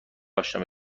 اشنا